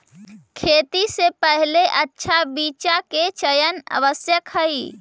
खेती से पहिले अच्छा बीचा के चयन आवश्यक हइ